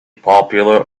popular